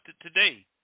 today